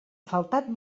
faltat